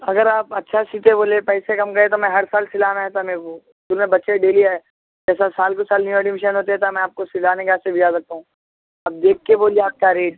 اگر آپ اچھا سیتے بولے پیسے کم گئے تو میں ہر سال سلانا رہتا میرے کو جس میں بچے ڈیلی آئے ایسا سال دو سال نیو ایڈمشن ہوتے رہتا میں آپ کو سلانے کے واسطے بھجا سکتا ہوں اب دیکھ کے بولیے آپ کا ریٹ